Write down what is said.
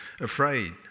afraid